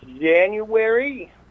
January